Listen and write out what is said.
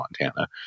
Montana